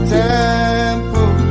temple